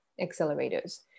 accelerators